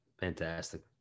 Fantastic